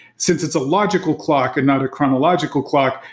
since it's a logical clock and not a chronological clock,